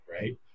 right